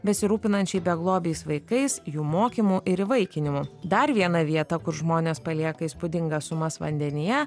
besirūpinančiai beglobiais vaikais jų mokymu ir įvaikinimu dar viena vieta kur žmonės palieka įspūdingas sumas vandenyje